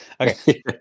okay